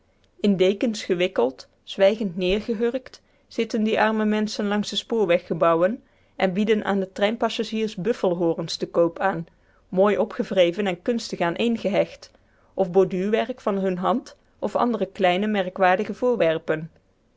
in dekens gewikkeld zwijgend neergehurkt zitten die arme menschen langs de spoorweggebouwen en bieden aan de trein passagiers buffelhorens te koop aan mooi opgewreven en kunstig aaneengehecht of borduurwerk van hun hand of andere kleine merkwaardige voorwerpen